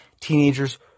Teenagers